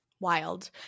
wild